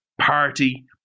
party